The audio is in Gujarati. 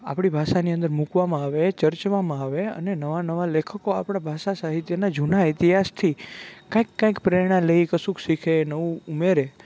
આપણી ભાષાની અંદર મૂકવામાં આવે ચર્ચવામાં આવે અને નવા નવા લેખકો આપણા ભાષા સાહિત્યના જૂના ઇતિહાસથી કાંઈક કાંઈક પ્રેરણા લઈ કશુંક શીખે નવું ઉમેરે